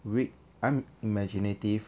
with unimaginative